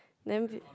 then